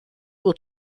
will